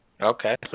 Okay